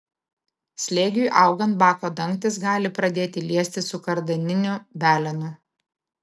slėgiui augant bako dangtis gali pradėti liestis su kardaniniu velenu